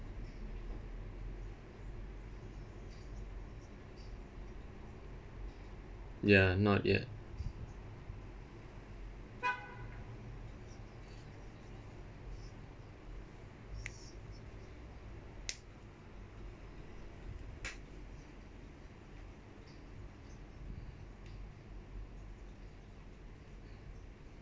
ya not yet